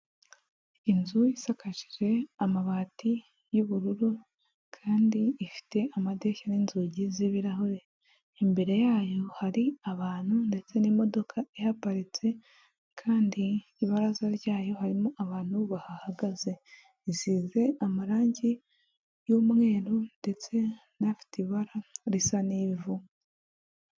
Inzu isakajije amabati y'ubururu kandi ifite amadirishya n'inzugi z'ibirahure, imbere yayo hari abantu ndetse n'imodoka ihaparitse kandi ibaraza ryayo harimo abantu bahagaze, isize amarangi y'umweru ndetse n'afite ibara risa n'ivu.